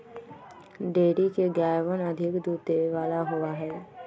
dairy के गायवन अधिक दूध देवे वाला होबा हई